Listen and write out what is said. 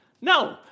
No